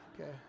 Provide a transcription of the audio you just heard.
Okay